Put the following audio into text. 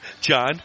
John